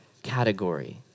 category